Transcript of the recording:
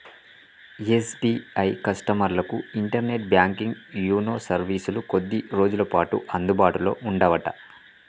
SBI కస్టమర్లకు internet banking YONO సర్వీసులు కొద్ది రోజులపాటు అందుబాటులో ఉండవట